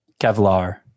kevlar